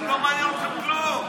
לא מעניין אתכם כלום.